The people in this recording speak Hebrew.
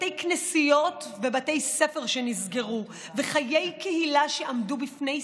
בתי כנסיות ובתי ספר נסגרו וחיי קהילה עמדו בפני סכנה.